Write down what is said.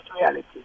reality